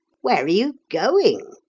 where are you going?